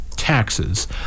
Taxes